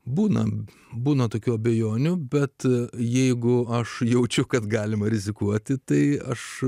būna būna tokių abejonių bet jeigu aš jaučiu kad galima rizikuoti tai aš